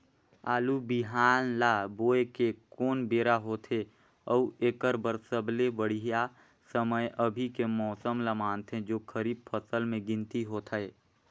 आलू बिहान ल बोये के कोन बेरा होथे अउ एकर बर सबले बढ़िया समय अभी के मौसम ल मानथें जो खरीफ फसल म गिनती होथै?